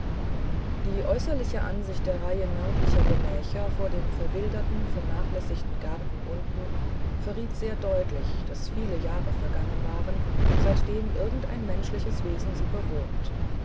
die äußerliche ansicht der reihe nördlicher gemächer vor dem verwilderten vernachlässigten garten unten verriet sehr deutlich daß viele jahre vergangen waren seitdem irgend ein menschliches wesen sie bewohnt